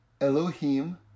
elohim